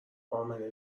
امنه